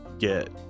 Get